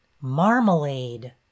marmalade